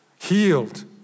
Healed